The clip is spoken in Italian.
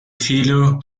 figlio